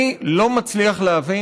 אני לא מצליח להבין,